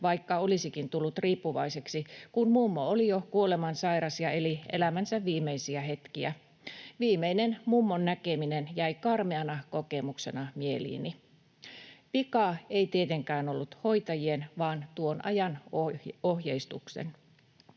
vaikka olisikin tullut riippuvaiseksi, kun mummo oli jo kuolemansairas ja eli elämänsä viimeisiä hetkiä. Viimeinen mummon näkeminen jäi karmeana kokemuksena mieleeni. Vika ei tietenkään ollut hoitajien vaan tuon ajan ohjeistuksen.